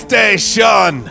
Station